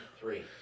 three